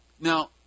Now